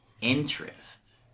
interest